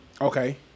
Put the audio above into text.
okay